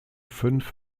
fünf